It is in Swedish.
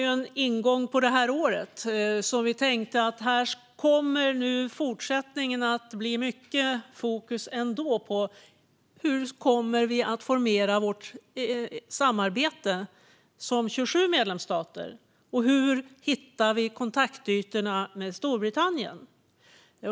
Denna ingång på året gjorde att vi tänkte att det i fortsättningen kommer att bli mycket fokus på hur vi ska formera vårt samarbete som 27 medlemsstater och hitta kontaktytor med Storbritannien.